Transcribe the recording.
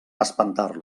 espantar